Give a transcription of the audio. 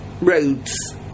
roads